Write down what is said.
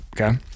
okay